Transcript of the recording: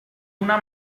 una